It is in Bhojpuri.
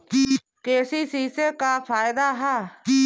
के.सी.सी से का फायदा ह?